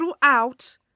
throughout